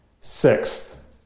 Sixth